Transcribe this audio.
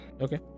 Okay